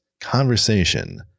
conversation